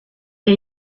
que